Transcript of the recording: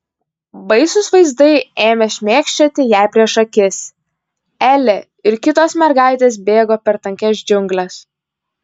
baisūs vaizdai ėmė šmėkščioti jai prieš akis elė ir kitos mergaitės bėgo per tankias džiungles